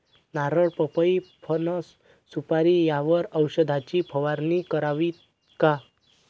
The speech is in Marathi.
नारळ, पपई, फणस, सुपारी यावर औषधाची फवारणी करावी का?